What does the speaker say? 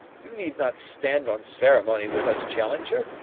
you need not stand on ceremony with us, challenger.